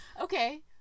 Okay